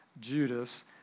Judas